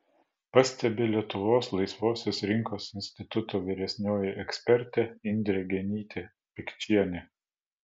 pastebi lietuvos laisvosios rinkos instituto vyresnioji ekspertė indrė genytė pikčienė